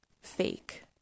fake